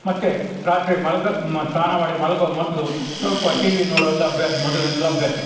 ಮತ್ತೆ ರಾತ್ರಿ ಮಲಗು ಸ್ನಾನ ಮಾಡಿ ಮಲಗುವ ಮೊದಲು ಸ್ವಲ್ಪ ಟಿ ವಿ ನೋಡೋದೊಂದದು ಅಭ್ಯಾಸ ಮೊದಲಿನಿಂದಲೂ ಅಭ್ಯಾಸ